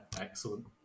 excellent